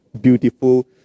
beautiful